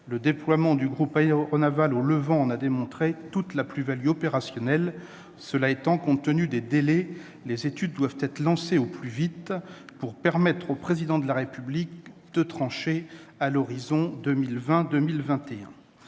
le déploiement du groupe aéronaval au Levant en a démontré toute la plus-value opérationnelle. Cela étant, compte tenu des délais, les études doivent être lancées au plus vite pour permettre au Président de la République de trancher à l'horizon 2020-2021.